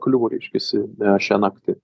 kliuvo reiškiasi šią naktį